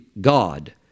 God